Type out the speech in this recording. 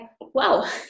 wow